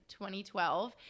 2012